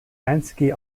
einzige